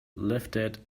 lifted